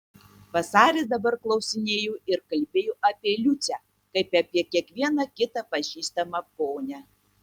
vasaris dabar klausinėjo ir kalbėjo apie liucę kaip apie kiekvieną kitą pažįstamą ponią